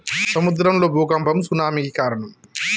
సముద్రం లో భూఖంపం సునామి కి కారణం